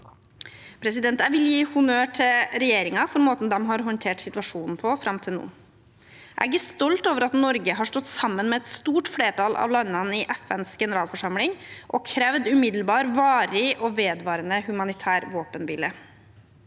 nøye. Jeg vil gi honnør til regjeringen for måten de har håndtert situasjonen på fram til nå. Jeg er stolt over at Norge har stått sammen med et stort flertall av landene i FNs generalforsamling og krevd «umiddelbar, varig og vedvarende humanitær våpenhvile».